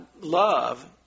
love